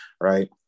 Right